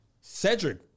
Cedric